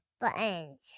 Buttons